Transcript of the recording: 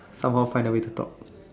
somehow find a way to talk